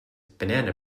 banana